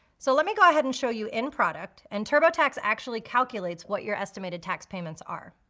so let me go ahead and show you in product, and turbotax actually calculates what your estimated tax payments are.